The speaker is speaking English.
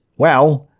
well,